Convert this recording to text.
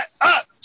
up